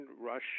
Rush